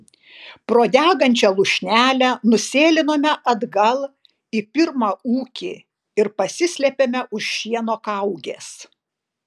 pro degančią lūšnelę nusėlinome atgal į pirmą ūkį ir pasislėpėme už šieno kaugės